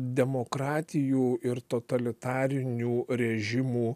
demokratijų ir totalitarinių režimų